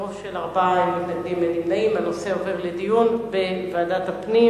ההצעה להעביר את הנושא לוועדת הפנים